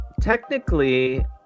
technically